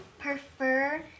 prefer